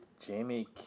Jamie